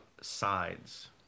sides